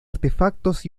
artefactos